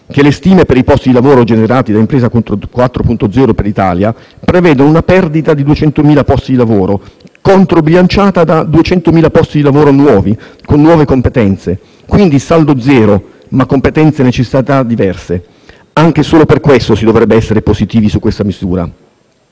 che le stime per i posti di lavoro generate da Impresa 4.0 per l'Italia prevedono una perdita di 200.000 posti di lavoro, controbilanciata da 200.000 posti di lavoro nuovi, con nuove competenze; quindi saldo zero, ma competenze e necessità diverse. Anche e solo per questo si dovrebbe essere positivi su questa misura.